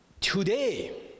today